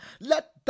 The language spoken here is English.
Let